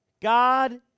God